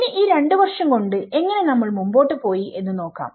ഇനി ഈ രണ്ട് വർഷം കൊണ്ട് എങ്ങനെ നമ്മൾ മുമ്പോട്ട് പോയി എന്ന് നോക്കാം